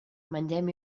mengem